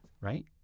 right